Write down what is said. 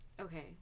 Okay